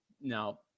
now